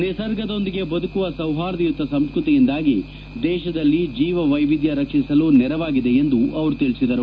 ನಿಸರ್ಗದೊಂದಿಗೆ ಬದುಕುವ ಸೌಹಾರ್ದಯುತ ಸಂಸ್ಕ್ವ ತಿಯಿಂದಾಗಿ ದೇಶದಲ್ಲಿ ಜೀವ ವೈವಿಧ್ಯ ರಕ್ಷಿಸಲು ನೆರವಾಗಿದೆ ಎಂದು ಅವರು ಹೇಳಿದ್ದಾರೆ